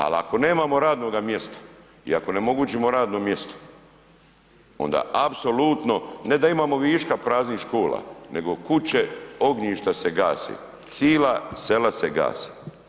Ali ako nemamo radnoga mjesta i ako ne omogućimo radno mjesto onda apsolutno ne da imamo viška praznih škola nego kuće, ognjišta se gase, cila sela se gase.